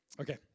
okay